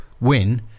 win